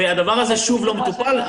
הדבר הזה שוב לא מטופל.